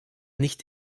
nicht